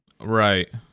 Right